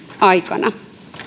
aikana